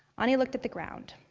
anie looked at the ground.